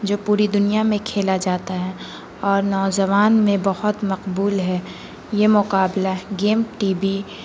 جو پوری دنیا میں کھیلا جاتا ہے اور نوجوان میں بہت مقبول ہے یہ مقابلہ گیم ٹی بیی